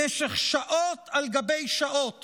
במשך שעות על גבי שעות